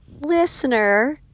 listener